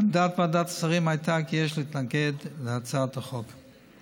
עמדת ועדת השרים הייתה כי יש להתנגד להצעת החוק.